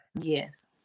Yes